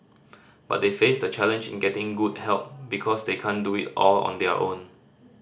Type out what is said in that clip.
but they face the challenge in getting good help because they can't do it all on their own